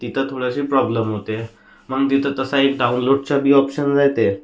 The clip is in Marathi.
तिथं थोडंशी प्रॉब्लेम होते मग तिथे तसाही डाऊनलोडचाबी ऑप्शन राहते